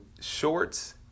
shorts